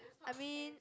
I mean